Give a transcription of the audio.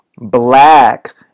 black